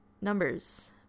Numbers